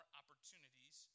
opportunities